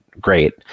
great